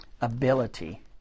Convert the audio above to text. ability